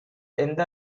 எந்த